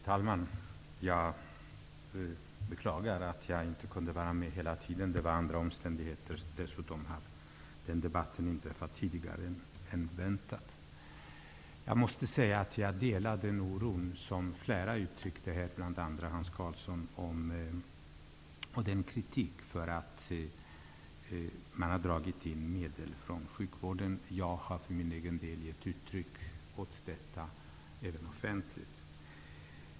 Herr talman! Jag beklagar att jag inte har kunnat vara närvarande under hela debatten. Dessutom påbörjades denna del av debatten tidigare än väntat. Jag delar den oro och den kritik som flera har givit uttryck för här, bl.a. Hans Karlsson, om att medel har dragits in från sjukvården. Jag har för min del tidigare givit uttryck för min oro och kritik offentligt.